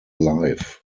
life